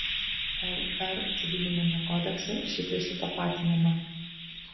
lr civiliniame kodekse šitai sutapatinama